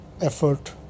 effort